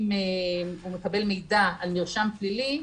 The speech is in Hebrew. אם הוא מקבל מידע על מרשם פלילי,